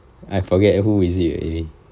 I forget who is it already